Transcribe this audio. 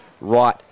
right